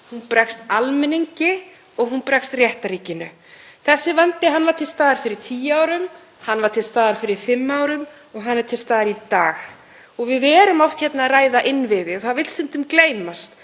dag. Við erum oft hér að ræða innviði og það vill stundum gleymast að lögreglan, ákæruvaldið, og dómstólarnir eru mikilvægir innviðir, þessar stofnanir sem almenningur hefur til að leita réttar síns.